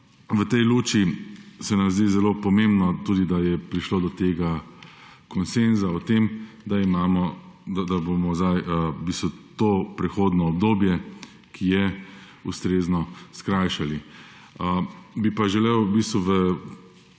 V tej luči se nam zdi zelo pomembno tudi to, da je prišlo do tega konsenza o tem, da bomo sedaj v bistvu to prehodno obdobje, ki je, ustrezno skrajšali. Bi pa se želel ozreti